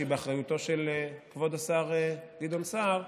שהיא באחריותו של כבוד השר גדעון סער,